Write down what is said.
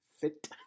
fit